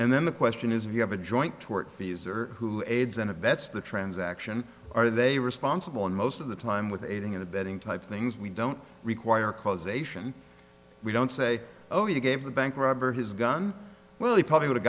and then the question is if you have a joint tortfeasor who aids and abets the transaction are they responsible and most of the time with aiding and abetting type things we don't require causation we don't say oh you gave the bank robber his gun well he probably would